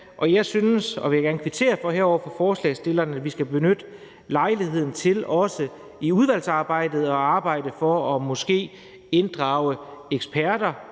jeg synes – og det vil jeg gerne kvittere for over for forslagsstillerne – at vi skal benytte lejligheden til også i udvalgsarbejdet at arbejde for måske at inddrage eksperter,